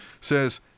says